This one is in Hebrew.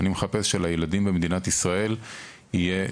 אני מחפש שלילדים במדינת ישראל יהיה שירות.